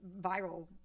viral